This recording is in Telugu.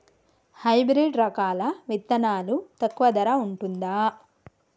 హైబ్రిడ్ రకాల విత్తనాలు తక్కువ ధర ఉంటుందా?